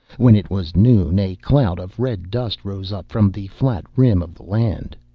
when it was noon a cloud of red dust rose up from the flat rim of the land.